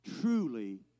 truly